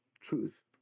truth